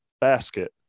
basket